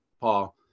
Paul